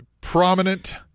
prominent